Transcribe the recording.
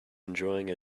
enjoying